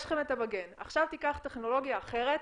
יש לכם את המגן, עכשיו תיקח טכנולוגיה אחרת.